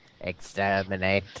Exterminate